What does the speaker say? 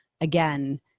again